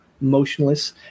motionless